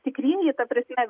tikrieji ta prasme